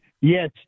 Yes